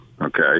okay